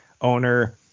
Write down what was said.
owner